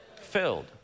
Filled